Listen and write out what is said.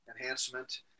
enhancement